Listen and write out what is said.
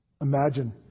Imagine